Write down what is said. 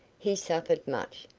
he suffered much,